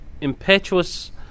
impetuous